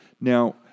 Now